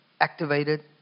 activated